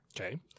Okay